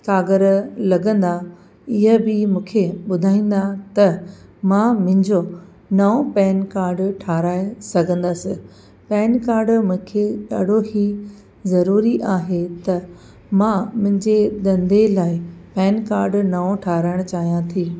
काॻर लॻंदा इहे बि मूंखे ॿुधाईंदा त मां मुंहिंजो नओं पैन कार्ड ठाराहे सघंदसि पैन कार्ड मूंखे ॾाढो ई ज़रूरी आहे त मां मुंहिंजे धंधे लाइ पैन कार्ड नओं ठाराहिणु चाहियां थी